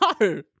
no